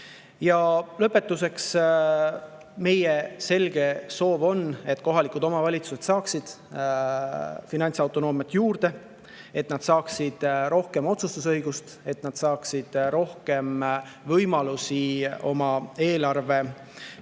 Lõpetuseks. Meie selge soov on, et kohalikud omavalitsused saaksid finantsautonoomiat juurde, et nad saaksid rohkem otsustusõigust, et nad saaksid rohkem võimalusi oma eelarve